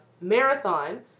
marathon